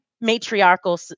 matriarchal